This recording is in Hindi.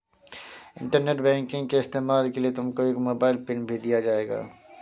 इंटरनेट बैंकिंग के इस्तेमाल के लिए तुमको एक मोबाइल पिन भी दिया जाएगा